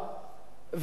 וזה נכון,